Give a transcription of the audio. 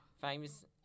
Famous